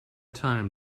time